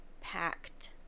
packed